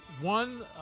One